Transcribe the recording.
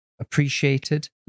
appreciated